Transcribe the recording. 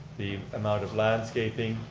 the amount of landscaping